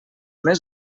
més